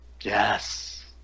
Yes